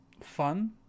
fun